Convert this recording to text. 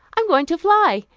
i'm going to fly.